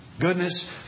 goodness